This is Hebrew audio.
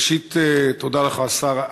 ראשית, תודה לך, השר.